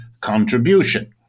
contribution